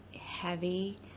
heavy